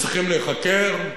וצריכים להיחקר,